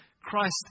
Christ